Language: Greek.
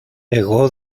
εγώ